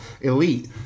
elite